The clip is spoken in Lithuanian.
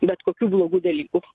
bet kokių blogų dalykų